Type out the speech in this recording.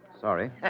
Sorry